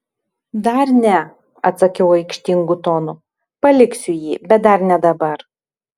dar ne atsakiau aikštingu tonu paliksiu jį bet dar ne dabar